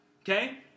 Okay